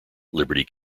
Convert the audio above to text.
liberty